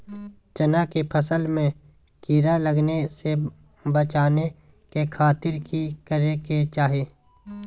चना की फसल में कीड़ा लगने से बचाने के खातिर की करे के चाही?